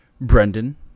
Brendan